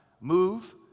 Move